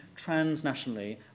transnationally